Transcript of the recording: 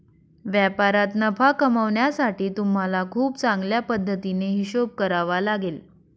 व्यापारात नफा कमावण्यासाठी तुम्हाला खूप चांगल्या पद्धतीने हिशोब करावा लागेल